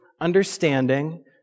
understanding